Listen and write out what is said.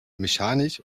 mechanisch